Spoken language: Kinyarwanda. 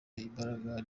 imbaraga